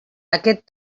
aquest